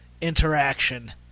interaction